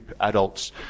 adults